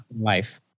life